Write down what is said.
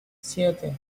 siete